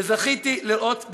שזכיתי לראות במו-עיני,